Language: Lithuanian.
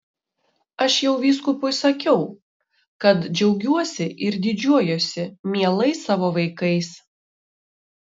aš jau vyskupui sakiau kad džiaugiuosi ir didžiuojuosi mielais savo vaikais